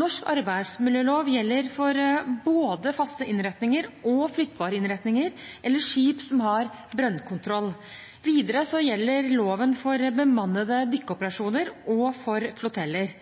Norsk arbeidsmiljølov gjelder for både faste innretninger og flyttbare innretninger eller skip som har brønnkontroll. Videre gjelder loven for bemannede dykkeoperasjoner og for floteller.